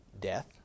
death